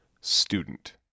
student